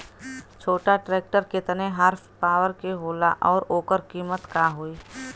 छोटा ट्रेक्टर केतने हॉर्सपावर के होला और ओकर कीमत का होई?